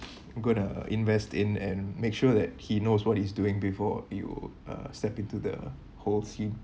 going to invest in and make sure that he knows what he's doing before you uh step into the whole scene